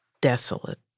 desolate